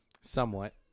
Somewhat